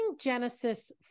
Genesis